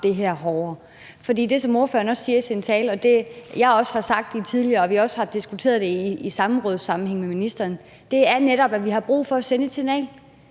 det her hårdere. For det, ordføreren også siger i sin tale, og som jeg også har sagt tidligere – og vi har også diskuteret det i samrådssammenhæng med ministeren – er netop, at vi har brug for at sende et signal.